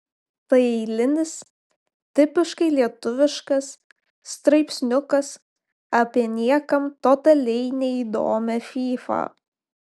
tai eilinis tipiškai lietuviškas straipsniukas apie niekam totaliai neįdomią fyfą